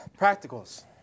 Practicals